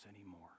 anymore